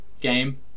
game